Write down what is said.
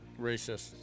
Racist